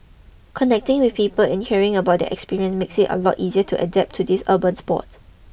connecting with people and hearing about their experience makes it a lot easy to adapt to this urban sport